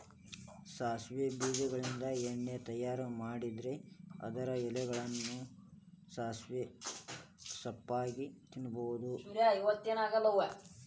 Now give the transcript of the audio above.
ಸಾಸವಿ ಬೇಜಗಳಿಂದ ಎಣ್ಣೆ ತಯಾರ್ ಮಾಡಿದ್ರ ಅದರ ಎಲೆಗಳನ್ನ ಸಾಸಿವೆ ಸೊಪ್ಪಾಗಿ ತಿನ್ನಬಹುದು